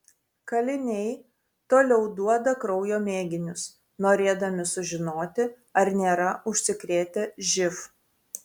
kaliniai toliau duoda kraujo mėginius norėdami sužinoti ar nėra užsikrėtę živ